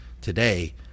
today